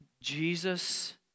Jesus